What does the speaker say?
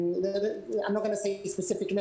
אני לא אנקוב בשמות מי